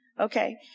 okay